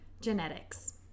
Genetics